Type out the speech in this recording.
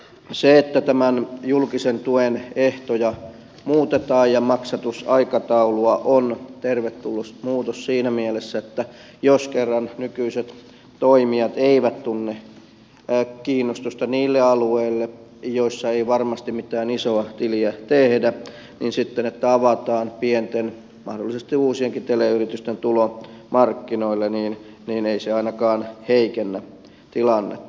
se että tämän julkisen tuen ehtoja muutetaan ja maksatusaikataulua on tervetullut muutos siinä mielessä että jos kerran nykyiset toimijat eivät tunne kiinnostusta niille alueille joilla ei varmasti mitään isoa tiliä tehdä niin sitten se että avataan pienten mahdollisesti uusienkin teleyritysten tulo markkinoille ei ainakaan heikennä tilannetta